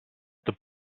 the